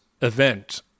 event